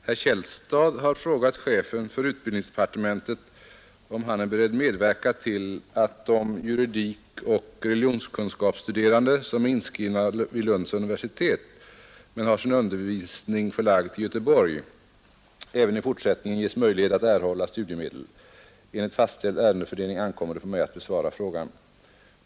Herr talman! Herr Källstad har frågat chefen för utbildningsdepartementet om han är beredd medverka till att de juridikoch religionskunskapsstuderande som är inskrivna vid Lunds universitet men har sin undervisning förlagd till Göteborg även i fortsättningen ges möjlighet att erhålla studiemedel. Enligt fastställd ärendefördelning ankommer det på mig att besvara frågan.